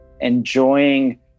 enjoying